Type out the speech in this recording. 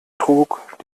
trug